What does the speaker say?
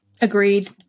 Agreed